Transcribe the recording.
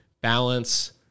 balance